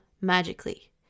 magically